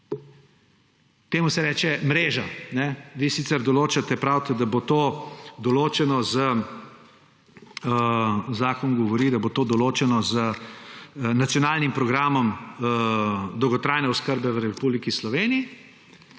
Temu se reče mreža. Vi sicer določate, pravite, da bo to določeno, zakon govori, da bo to določeno z nacionalnim programom dolgotrajne oskrbe v Republiki Sloveniji